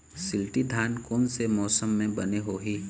शिल्टी धान कोन से मौसम मे बने होही?